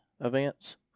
events